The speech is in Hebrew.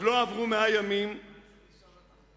יש כנראה השפעה מאגית של ברק.